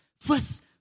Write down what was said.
first